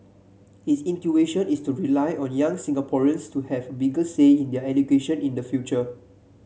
his intuition is to rely on young Singaporeans to have a bigger say in their education in the future